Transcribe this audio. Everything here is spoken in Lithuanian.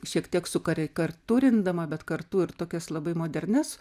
šiek tiek sukarikatūrindama bet kartu ir tokias labai modernias